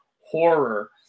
horror